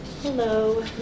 Hello